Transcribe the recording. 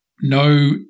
no